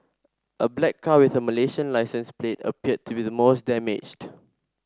a black car with a Malaysian licence plate appeared to be the most damaged